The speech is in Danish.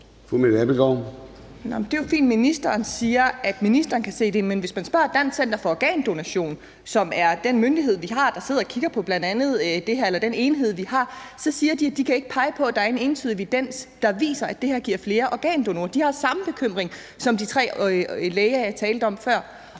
Det er jo fint, at ministeren siger, at ministeren kan se det. Men hvis man spørger Dansk Center for Organdonation, som er den enhed, vi har, der sidder og kigger på bl.a. det her, siger de, at de ikke kan pege på, at der er en entydig evidens, der viser, at det her giver flere organdonorer. De har samme bekymring som de tre læger, jeg talte om før.